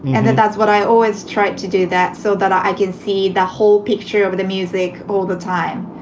and then that's what i always tried to do, that so that i can see the whole picture of the music all the time,